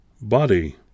body